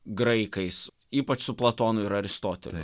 graikais ypač su platonu ir aristoteliu